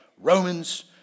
Romans